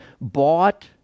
bought